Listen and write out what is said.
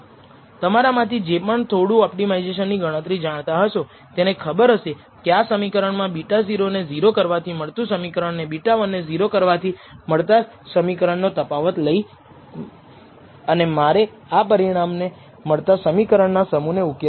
તમારા માંથી જે પણ થોડું ઓપ્ટિમાઇઝેશન ની ગણતરી જાણતા હશો તેને ખબર હશે કે આ સમીકરણ મા β0 ને 0 કરવાથી મળતું સમીકરણ અને β1 ને 0 કરવાથી મળતા સમીકરણ નો તફાવત લઈ અને મારે આ પરિણામે મળતા સમીકરણના સમૂહ ને ઉકેલવાના છે